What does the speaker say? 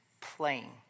playing